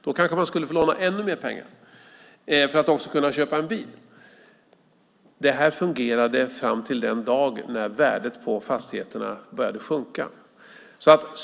Då kanske man skulle få låna ännu mer pengar för att också kunna köpa en bil. Det fungerade till den dag när värdet på fastigheterna började sjunka.